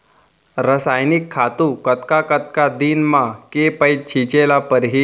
रसायनिक खातू कतका कतका दिन म, के पइत छिंचे ल परहि?